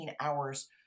hours